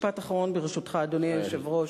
משפט אחרון, ברשותך, אדוני היושב-ראש.